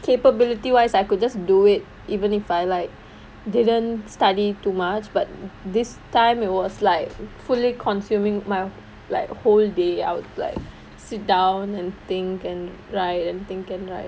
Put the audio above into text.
capability wise I could just do it even if I like didn't study too much but this time it was like fully consuming my like whole day out like sit down and think and write and think and write